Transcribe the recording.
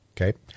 Okay